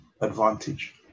advantage